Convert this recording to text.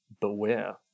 beware